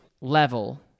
level